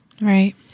Right